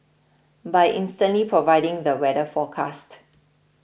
by instantly providing the weather forecast